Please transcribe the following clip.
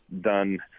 done